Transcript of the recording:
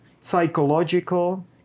psychological